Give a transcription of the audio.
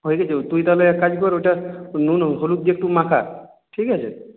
হয়ে গেছে তুই তাহলে এক কাজ কর ওটা নুন হলুদ দিয়ে একটু মাখা ঠিক আছে